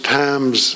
times